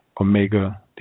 Omega